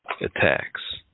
Attacks